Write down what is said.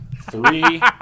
Three